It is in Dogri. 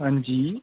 अंजी